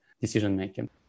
decision-making